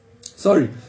Sorry